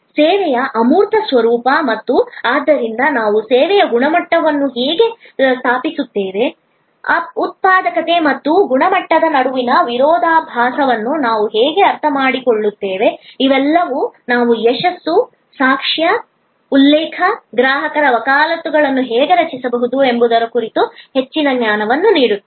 ಸೇವೆಯ ಅಮೂರ್ತ ಸ್ವರೂಪ ಮತ್ತು ಆದ್ದರಿಂದ ನಾವು ಸೇವೆಯ ಗುಣಮಟ್ಟವನ್ನು ಹೇಗೆ ಸ್ಥಾಪಿಸುತ್ತೇವೆ ಉತ್ಪಾದಕತೆ ಮತ್ತು ಗುಣಮಟ್ಟದ ನಡುವಿನ ವಿರೋಧಾಭಾಸವನ್ನು ನಾವು ಹೇಗೆ ಅರ್ಥಮಾಡಿಕೊಳ್ಳುತ್ತೇವೆ ಇವೆಲ್ಲವೂ ನಾವು ಯಶಸ್ಸು ಸಾಕ್ಷ್ಯ ಉಲ್ಲೇಖ ಗ್ರಾಹಕರ ವಕಾಲತ್ತುಗಳನ್ನು ಹೇಗೆ ರಚಿಸಬಹುದು ಎಂಬುದರ ಕುರಿತು ಹೆಚ್ಚಿನ ಜ್ಞಾನವನ್ನು ನೀಡುತ್ತದೆ